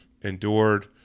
endured